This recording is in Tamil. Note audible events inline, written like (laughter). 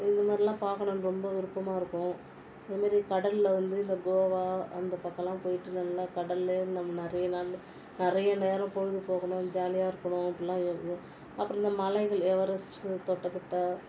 இது மாதிரிலாம் பார்க்கணுன்னு ரொம்ப விருப்பமாக இருக்கும் இது மாரி கடலில் வந்து இந்த கோவா அந்த பக்கமெல்லாம் போயிட்டு நல்லா கடலில் நம்ம நிறைய நாள் நிறைய நேரம் பொழுதுபோக்கணும் ஜாலியாக இருக்கணும் அப்படில்லாம் (unintelligible) அப்புறம் இந்த மலைகள் எவரெஸ்ட்டு தொட்டபெட்டா